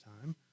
time